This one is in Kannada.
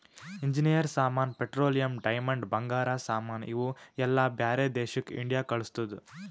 ಇಂಜಿನೀಯರ್ ಸಾಮಾನ್, ಪೆಟ್ರೋಲಿಯಂ, ಡೈಮಂಡ್, ಬಂಗಾರ ಸಾಮಾನ್ ಇವು ಎಲ್ಲಾ ಬ್ಯಾರೆ ದೇಶಕ್ ಇಂಡಿಯಾ ಕಳುಸ್ತುದ್